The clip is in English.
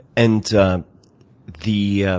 and the